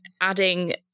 adding